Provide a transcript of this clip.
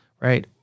right